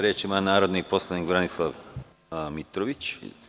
Reč ima narodni poslanik Branislav Mitrović.